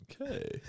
Okay